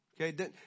Okay